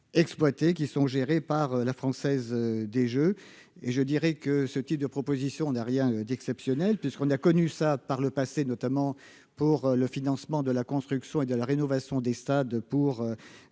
exploités, qui sont gérés par la Française des Jeux et je dirais que ce type de proposition n'a rien d'exceptionnel puisqu'on a connu ça par le passé, notamment pour le financement de la construction et de la rénovation des stades pour